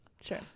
Sure